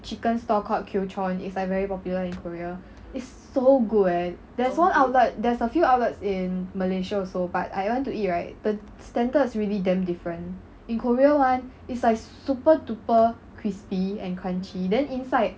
chicken store called queue chon is like very popular in korea is so good eh there's one outlet there's a few outlets in malaysia also but I went to eat right the standards really damn different in korea [one] is like super duper crispy and crunchy then inside